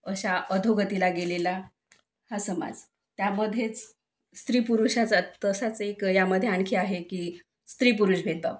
अशा अधोगतीला गेलेला हा समाज त्यामध्येच स्त्री पुरुष ह्या ज तशाच एक यामध्ये आणखी आहे की स्त्री पुरुष भेदभाव